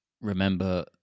remember